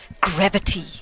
gravity